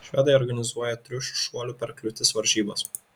švedai organizuoja triušių šuolių per kliūtis varžybas